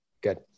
Good